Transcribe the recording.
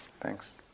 Thanks